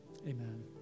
amen